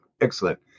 Excellent